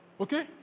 Okay